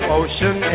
ocean